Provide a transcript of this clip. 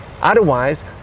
Otherwise